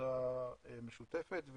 בעבודה משותפת,